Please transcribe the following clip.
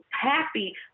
Happy